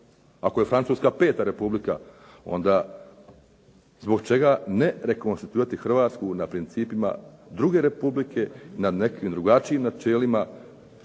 Ako je Francuska peta republika onda zbog čega ne rekonstituirati Hrvatsku na principima druge republike, na nekakvim drugačijim načelima